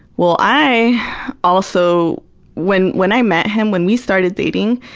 well, i also when when i met him, when we started dating,